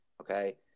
Okay